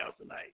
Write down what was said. tonight